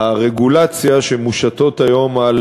הרגולציה שמושתת היום על